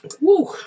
Woo